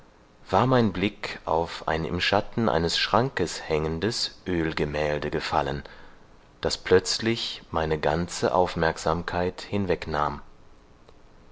war mein blick auf ein im schatten eines schrankes hängendes ölgemälde gefallen das plötzlich meine ganze aufmerksamkeit